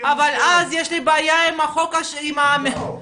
--- אבל אז יש לי בעיה עם החוק השני --- לא,